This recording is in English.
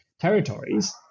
territories